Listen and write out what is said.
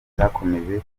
cyakomeje